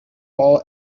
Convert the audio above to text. hall